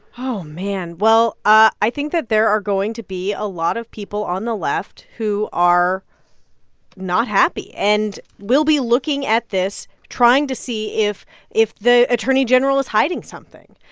oh, man. well, i think that there are going to be a lot of people on the left who are not happy and will be looking at this trying to see if if the attorney general is hiding something.